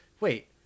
wait